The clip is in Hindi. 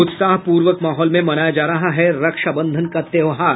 उत्साहपूर्वक माहौल में मनाया जा रहा है रक्षाबंधन का त्योहार